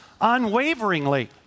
unwaveringly